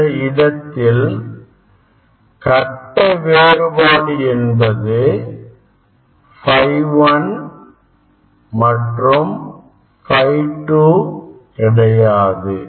இந்த இடத்தில் கட்ட வேறுபாடு என்பது ∅ 1 ∅ 2 கிடையாது